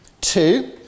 Two